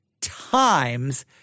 times